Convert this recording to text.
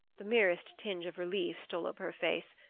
the merest tinge of relief stole over her face,